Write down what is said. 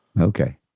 Okay